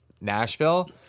Nashville